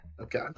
Okay